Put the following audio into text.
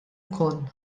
ukoll